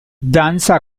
danza